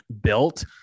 built